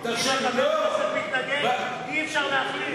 חבר כנסת שמתנגד אי-אפשר להחליף.